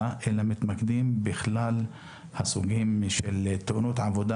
אלא מתמקדים בכלל סוגי תאונות העבודה,